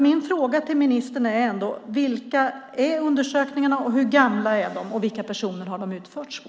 Mina frågor till statsrådet är alltså: Vilka är undersökningarna, hur gamla är de och vilka personer har de utförts på?